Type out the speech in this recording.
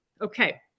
okay